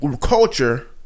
culture